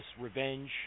revenge